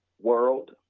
world